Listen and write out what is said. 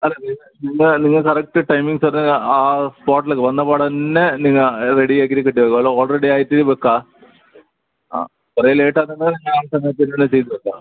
അതായത് ഇവിടെ നിങ്ങൾ കറക്റ്റ് ടൈമിംഗ് തന്നെ ആ സ്പോട്ടിലേക്ക് വന്നപാടെന്നെ നിങ്ങൾ റെഡിയാക്കി കിട്ടും അത് ഓൾ റെഡിയായിറ്റ് വെക്കുക ആ കുറെ ലേറ്റാവുമ്പോൾ ഞാൻ തന്നെ ഇവിടെ ചെയ്ത് വെക്കാം